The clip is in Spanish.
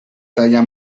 talla